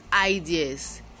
ideas